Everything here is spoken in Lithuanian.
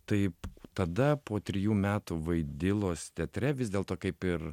taip tada po trijų metų vaidilos teatre vis dėlto kaip ir